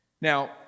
Now